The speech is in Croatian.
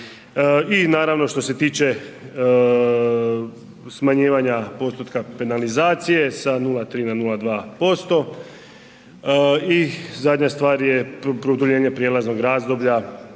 staža. I što se tiče smanjivanja postotka penalizacije sa 0,3 na 0,2% i zadnja stvar je produljenje prijelaznog razdoblja